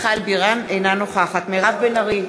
אינה נוכחת מירב בן ארי,